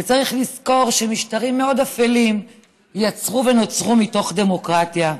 צריך לזכור שמשטרים מאוד אפלים יצרו ונוצרו מתוך דמוקרטיה.